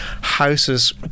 houses